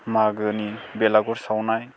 मागोनि बेलागुर सावनाय